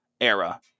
era